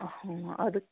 ಹ್ಞೂ ಅದಕ್ಕೆ